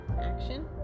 Action